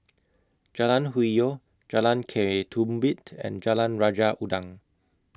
Jalan Hwi Yoh Jalan Ketumbit and Jalan Raja Udang